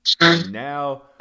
Now